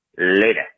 Later